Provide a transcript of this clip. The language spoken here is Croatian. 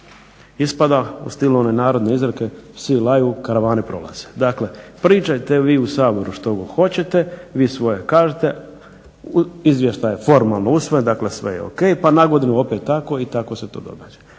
Ispada u stilu one narodne izreke "Psi laju karavane prolaze." Dakle, pričajte vi u Saboru što god hoćete, vi svoje kažite, izvještaj je formalno usvojen, dakle sve je ok, pa nagodinu opet tako i tako se to događa.